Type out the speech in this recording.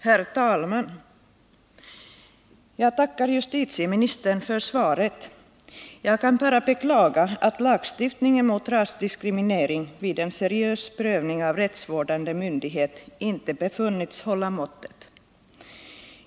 Herr talman! Jag tackar justitieministern för svaret. Jag kan bara beklaga att lagstiftningen mot rasdiskriminering vid en seriös prövning av rättsvårdande myndighet inte befunnits hålla måttet.